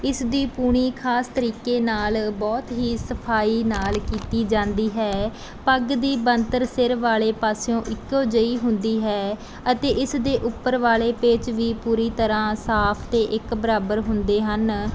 ਇਸ ਦੀ ਪੂਣੀ ਖਾਸ ਤਰੀਕੇ ਨਾਲ ਬਹੁਤ ਹੀ ਸਫ਼ਾਈ ਨਾਲ ਕੀਤੀ ਜਾਂਦੀ ਹੈ ਪੱਗ ਦੀ ਬਣਤਰ ਸਿਰ ਵਾਲੇ ਪਾਸਿਓਂ ਇੱਕੋ ਜਿਹੀ ਹੁੰਦੀ ਹੈ ਅਤੇ ਇਸ ਦੇ ਉੱਪਰ ਵਾਲੇ ਪੇਚ ਵੀ ਪੂਰੀ ਤਰਾਂ ਸਾਫ਼ ਅਤੇ ਇੱਕ ਬਰਾਬਰ ਹੁੰਦੇ ਹਨ